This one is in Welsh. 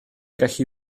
gallu